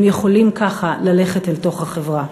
הם יכולים ככה ללכת אל תוך החברה.